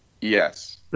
Yes